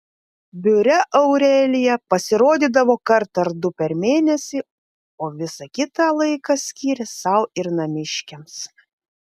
biure aurelija pasirodydavo kartą ar du per mėnesį o visą kitą laiką skyrė sau ir namiškiams